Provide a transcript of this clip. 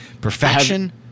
Perfection